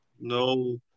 No